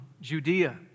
Judea